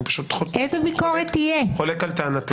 אני חולק על טענתך.